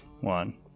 one